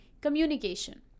Communication